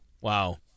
Wow